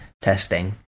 testing